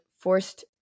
forced